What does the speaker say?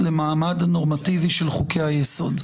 לצערי החשש הזה היה צריך להביא אתכם להיות יותר זהירים בחוקי היסוד.